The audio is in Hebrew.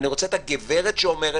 אני רוצה את הגברת שאומרת,